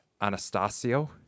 Anastasio